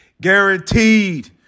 Guaranteed